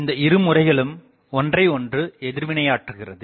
இந்த இருமுறைகளும் ஒன்றைஒன்று எதிர்வினையாற்றுகிறது